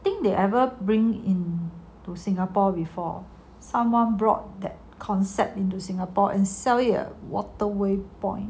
I think they ever bring in to singapore before someone brought that concept into singapore and sell it at waterway point